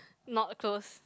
not close